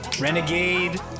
Renegade